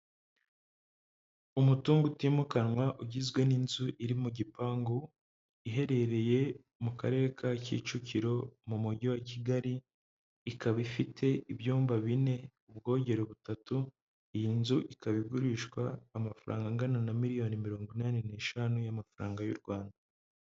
Umutungo utimukanwa ugizwe n'inzu iri mu gipangu, iherereye mu Karere ka Kicukiro mu Mujyi wa Kigali, ikaba ifite ibyumba bine, ubwogero butatu, iyi nzu ikaba igurishwa amafaranga angana na miliyoni mirongo inani n'eshanu y'amafaranga y'u Rwanda.